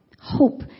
Hope